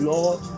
Lord